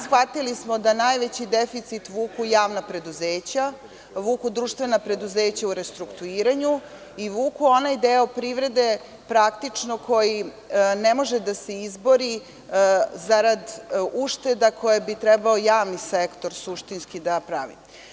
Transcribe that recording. Shvatili smo da najveći deficit vuku javna preduzeća, vuku društvena preduzeća u restrukturiranju i vuku onaj deo privrede praktično koji ne može da se izbori zarad ušteda koje bi trebao javni sektor, suštinski da pravi.